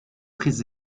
prises